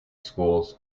schools